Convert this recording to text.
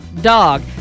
dog